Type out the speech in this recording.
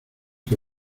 que